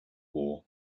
war